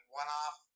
one-off